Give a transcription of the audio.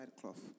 cloth